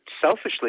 selfishly